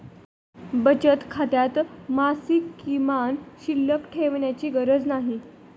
बचत खात्यात मासिक किमान शिल्लक ठेवण्याची गरज नाही